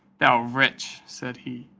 thou wretch, said he,